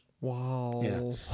Wow